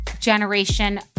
generation